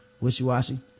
wishy-washy